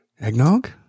eggnog